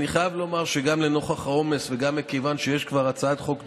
אני חייב לומר שגם לנוכח העומס וגם מכיוון שכבר יש הצעת חוק דומה,